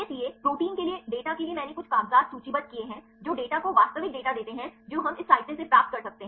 इसलिए प्रोटीन के लिए डेटा के लिए मैंने कुछ कागजात सूचीबद्ध किए हैं जो डेटा को वास्तविक डेटा देते हैं जो हम इस साहित्य से प्राप्त कर सकते हैं